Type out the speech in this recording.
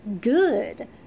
Good